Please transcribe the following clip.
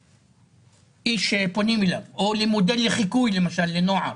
לאיש שפונים אליו או למודל לחיקוי למשל לנוער